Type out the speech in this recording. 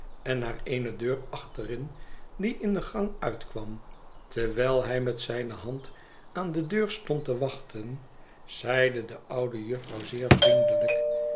en naar éene deur achterin die in den gang uitkwam terwijl hij met zijne hand aan de deur stond te wachten zeide de oude jufvrouw zeer vriendelijk